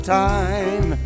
time